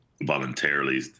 voluntarily